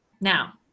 Now